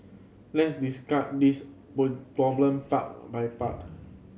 let's this problem part by part